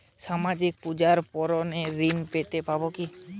সামাজিক পূজা পার্বণে ঋণ পেতে পারে কি?